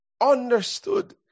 understood